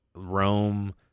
Rome